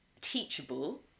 teachable